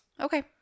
Okay